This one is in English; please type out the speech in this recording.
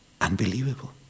unbelievable